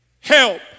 help